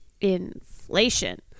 Inflation